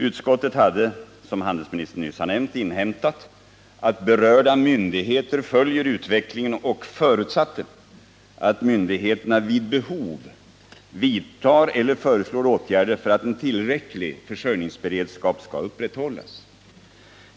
Utskottet hade, som handelsministern nyss har nämnt, inhämtat att berörda myndigheter följer utvecklingen och förutsatte att myndigheterna ”vid behov vidtar eller föreslår åtgärder för att en tillräcklig försörjningsberedskap skall upprätthållas”.